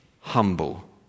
humble